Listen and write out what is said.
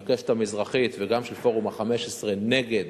של "הקשת המזרחית" וגם של פורום ה-15 נגד